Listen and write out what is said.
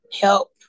help